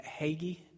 Hagee